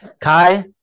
Kai